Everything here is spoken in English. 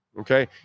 Okay